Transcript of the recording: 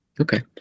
Okay